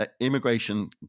immigration